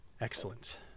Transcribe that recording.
excellent